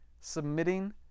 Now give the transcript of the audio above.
submitting